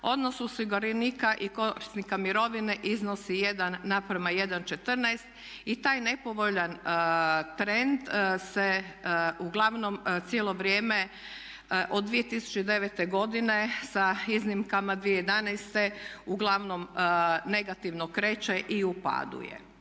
odnosno osiguranika i korisnika mirovine iznosi 1:14 i taj nepovoljan trend se uglavnom cijelo vrijeme od 2009. godine sa iznimkama 2011. uglavnom negativno kreće i u padu je.